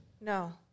No